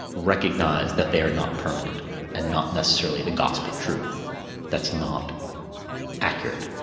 recognise that they are not permanent and not necessarily the gospel truth that's not accurate.